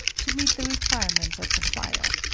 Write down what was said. to meet the requirements of the flyer.